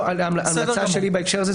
ההמלצה שלי בהקשר הזה,